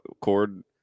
cord